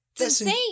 insane